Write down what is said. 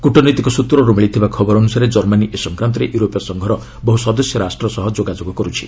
କୃଟନୈତିକ ସ୍ୱତ୍ରରୁ ମିଳିଥିବା ଖବର ଅନୁସାରେ ଜର୍ମାନୀ ଏ ସଂକ୍ରାନ୍ତରେ ୟୁରୋପୀୟ ସଂଘର ବହ୍ର ସଦସ୍ୟ ରାଷ୍ଟ୍ର ସହ ଯୋଗାଯୋଗ କରୁଛି